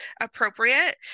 appropriate